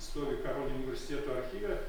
stovi karolio universiteto archyve